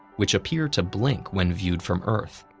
which appear to blink when viewed from earth.